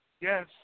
Yes